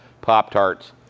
Pop-Tarts